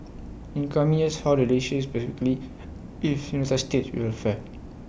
in coming years how the relationship specifically if will fare